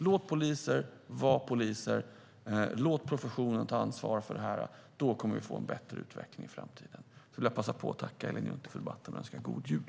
Låt poliser vara poliser. Låt professionen ta ansvar för det här. Då kommer vi att få en bättre utveckling i framtiden. Jag skulle vilja passa på att tacka Ellen Juntti för debatten och önska en god jul.